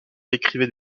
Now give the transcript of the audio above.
écrivait